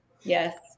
Yes